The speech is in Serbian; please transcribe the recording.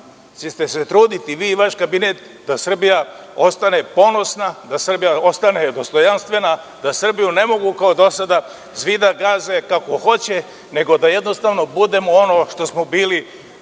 ćete se truditi, vi i vaš kabinet, da Srbija ostane ponosna, da Srbija ostane dostojanstvena, da Srbiju ne mogu kao do sada svi da gaze kako hoće, nego da jednostavno budemo ono što smo bili